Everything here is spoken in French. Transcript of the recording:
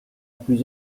plus